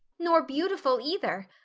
nor beautiful, either.